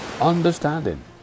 understanding